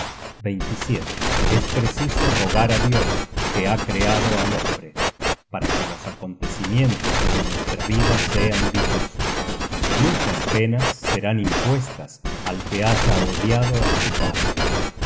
alma es preciso rogará dios que ha criado al hombre para que los acontecimientos de nuestra vida sean dichosos muchas penas serán impuestas al que haya odiado á su padre y